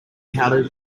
how